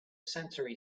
sensory